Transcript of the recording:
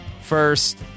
first